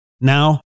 Now